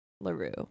LaRue